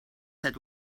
said